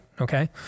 Okay